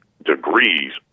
Degrees